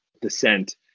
descent